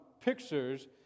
pictures